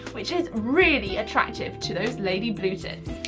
which is really attractive to those lady blue tits.